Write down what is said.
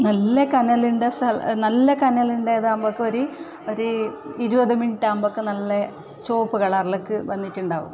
നല്ല കനലിൻ്റെ സ നല്ല കനലിൻ്റെതാകുമ്പോൾ കോരി ഒരു ഇരുപത് മിനിട്ടാകുമ്പം ഒക്കെ നല്ല ചുവപ്പ് കളറിലേക്ക് വന്നിട്ടുണ്ടാകും